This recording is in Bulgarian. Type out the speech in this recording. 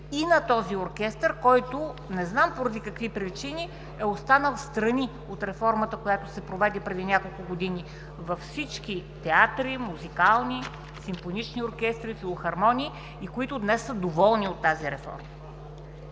и на този оркестър, който не знам поради какви причини е останал встрани от реформата, която се проведе преди няколко години във всички театри, музикални, симфонични оркестри, филхармонии и днес те са доволни от тази реформа.